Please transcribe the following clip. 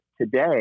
today